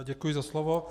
Děkuji za slovo.